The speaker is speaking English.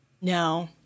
No